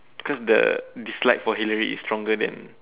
cause the dislike for Hillary is stronger than